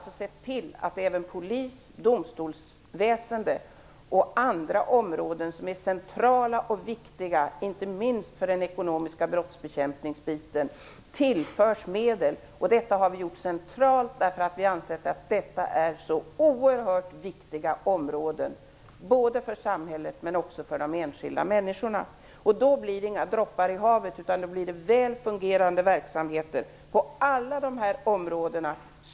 Vi har sett till att även polisen, domstolsväsendet och andra viktiga områden, inte minst när det gäller bekämpningen av den ekonomiska brottsligheten, tillförs medel. Detta har vi gjort centralt, eftersom vi har ansett att detta är så oerhört viktiga områden, både för samhället och de enskilda människorna. Då blir det inga droppar i havet utan väl fungerande verksamheter på alla dessa områden.